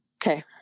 Okay